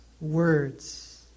words